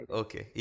okay